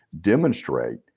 demonstrate